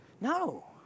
No